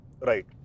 Right